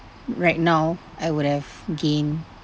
right now I would have gained